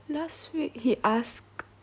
last week he ask